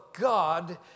God